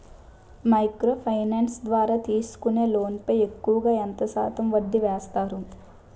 Micro finance ద్వారా తీసుకునే loan పై ఎక్కువుగా ఎంత శాతం వడ్డీ వేస్తారు?